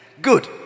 Good